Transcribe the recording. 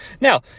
Now